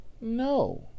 no